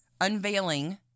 unveiling